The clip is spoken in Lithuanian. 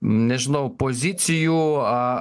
nežinau pozicijų a